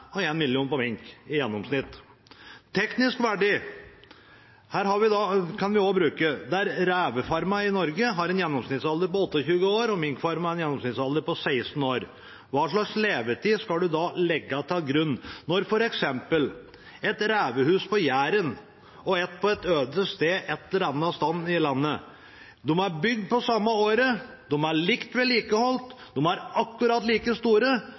og én million kroner for mink, i gjennomsnitt. Vi kan også bruke teknisk verdi: Revefarmene i Norge har en gjennomsnittsalder på 28 år, og minkfarmene har en gjennomsnittsalder på 16 år. Hvilken levetid skal en legge til grunn når f.eks. et revehus på Jæren og et på et øde sted et eller annet sted i landet er bygd samme år, er likt vedlikeholdt og er akkurat like store